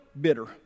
bitter